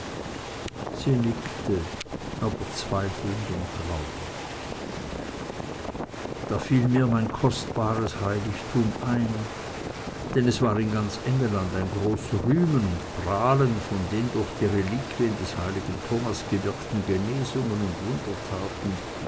aber zweifelnd und traurig da fiel mir mein kostbares heiligtum ein denn es war in ganz engelland ein groß rühmen und prahlen von den durch die reliquien des heiligen thomas gewirkten genesungen und wundertaten